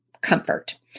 comfort